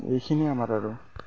এইখিনিয়ে আমাৰ আৰু